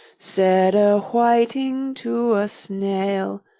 said a whiting to a snail.